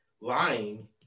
Lying